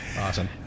awesome